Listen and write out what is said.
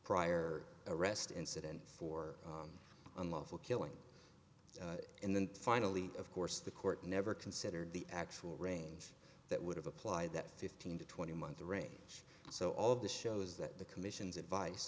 prior arrest incident for unlawful killing and then finally of course the court never considered the actual range that would have applied that fifteen to twenty month range so all of this shows that the commission's advice